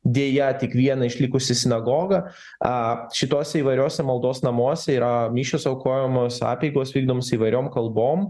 deja tik viena išlikusi sinagoga aaa šitose įvairiose maldos namuose yra mišios aukojamos apeigos vykdomos įvairiom kalbom